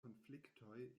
konfliktoj